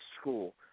school